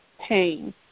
pain